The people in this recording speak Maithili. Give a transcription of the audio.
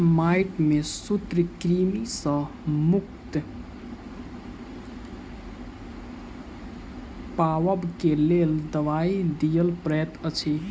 माइट में सूत्रकृमि सॅ मुक्ति पाबअ के लेल दवाई दियअ पड़ैत अछि